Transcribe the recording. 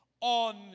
on